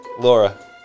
Laura